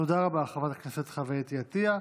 תודה רבה, חברת הכנסת חוה אתי עטייה.